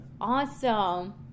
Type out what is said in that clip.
Awesome